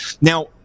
now